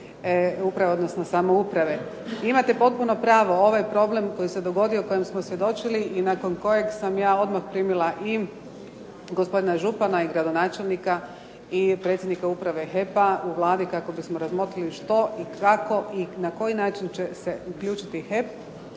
uprave, odnosno samouprave. Imate potpuno pravo, ovaj problem koji se dogodio, kojem smo svjedočili i nakon kojeg sam ja odmah primila i gospodina župana i gradonačelnika i predsjednika uprave HEP-a u Vladi kako bismo razmotrili što i kako i na koji način će se uključiti HEP,